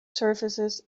surfaces